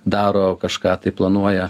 daro kažką tai planuoja